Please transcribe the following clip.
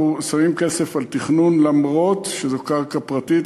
אנחנו שמים כסף על תכנון אף שזו קרקע פרטית.